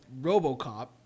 RoboCop